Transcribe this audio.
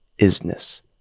isness